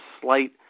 slight